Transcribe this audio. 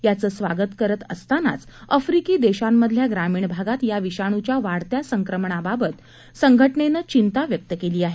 याचं स्वागत करत असतांनाच अफ्रिकी देशांमधल्या ग्रामीण भागात या विषाणूच्या वाढत्या संक्रमणाबाबत संघटनेनं चिंता व्यक्त केली आहे